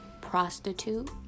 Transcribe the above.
prostitute